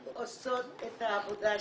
עושות את העבודה שלהן,